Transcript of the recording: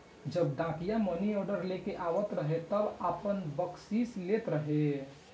जब डाकिया मानीऑर्डर लेके आवत रहे तब आपन बकसीस लेत रहे